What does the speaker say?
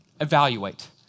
evaluate